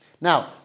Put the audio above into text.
Now